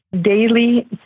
daily